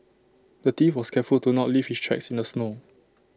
the thief was careful to not leave his tracks in the snow